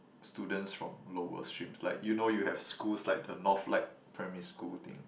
students from lower streams like you know you have schools like the Northlight primary school thing